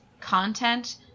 content